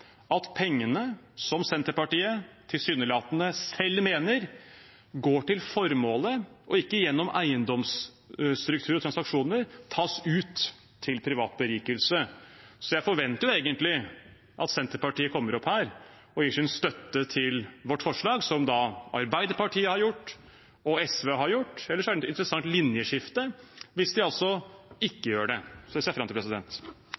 at pengene, som Senterpartiet tilsynelatende selv mener, går til formålet og ikke gjennom eiendomsstrukturer og transaksjoner tas ut til privat berikelse. Jeg forventer egentlig at Senterpartiet kommer opp på talerstolen og gir sin støtte til vårt forslag, som Arbeiderpartiet og SV har gjort. Ellers er det et interessant linjeskifte hvis de ikke gjør det. Så det ser jeg fram til.